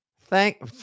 Thank